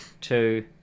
two